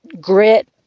grit